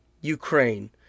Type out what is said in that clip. Ukraine